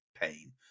pain